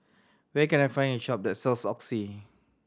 where can I find a shop that sells Oxy